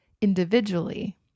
individually